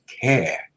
care